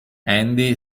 andy